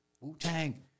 Wu-Tang